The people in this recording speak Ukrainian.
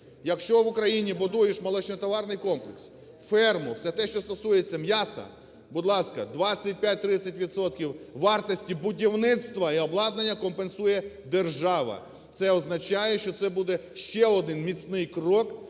Якщо в Україні будуєш молочнотоварний комплекс, ферму, все те, що стосується м'яса, будь ласка, 25-30 відсотків вартості будівництва і обладнання компенсує держава. Це означає, що це буде ще один міцний крок